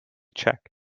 check